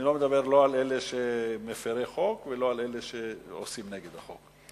אני לא מדבר לא על אלה שהם מפירי חוק ולא על אלה שעושים נגד החוק.